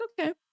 okay